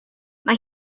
mae